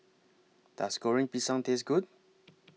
Does Goreng Pisang Taste Good